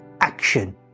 action